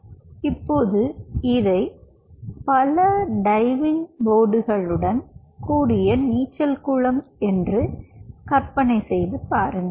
எனவே இப்போது இதை பல டைவிங் போர்டுகளுடன் கூடிய நீச்சல் குளம் என்று கற்பனை செய்து பாருங்கள்